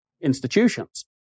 institutions